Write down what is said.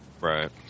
Right